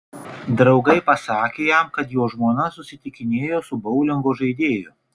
draugai pasakė jam kad jo žmona susitikinėjo su boulingo žaidėju